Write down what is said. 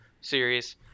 series